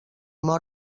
mor